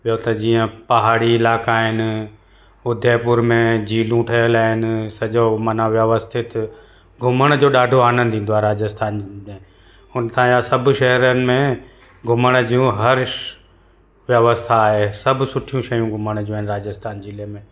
ॿियों त जीअं पहाड़ी इलाइक़ा आहिनि उदयपुर में झीलू ठहियल आहिनि सॼो माना व्यवस्थित घुमण जो ॾाढो आनंदु ईंदो आहे राजस्थान में हुनखां ईअं सभु शहरनि में घुमण जूं हर व्यवस्था आहे सभु सुठियूं शयूं घुमण जूं आहिनि राजस्थान जिले में